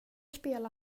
spela